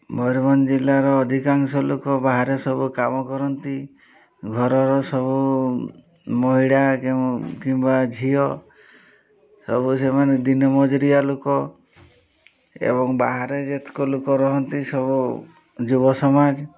ମୟୂରଭଞ୍ଜ ଜିଲ୍ଲାର ଅଧିକାଂଶ ଲୋକ ବାହାରେ ସବୁ କାମ କରନ୍ତି ଘରର ସବୁ ମହିଳା କିମ୍ବା ଝିଅ ସବୁ ସେମାନେ ଦିନମଜୁରିଆ ଲୋକ ଏବଂ ବାହାରେ ଯେତକ ଲୋକ ରହନ୍ତି ସବୁ ଯୁବ ସମାଜ